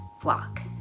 flock